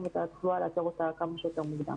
התחלואה ולעצור אותה כמה שיותר מוקדם.